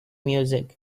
music